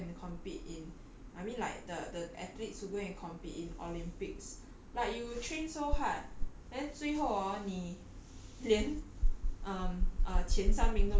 it's a bit sad [what] it's just like olympians like that like when they go and compete in I mean like the athletes who go and compete in olympics like you train so hard then 最后 hor 你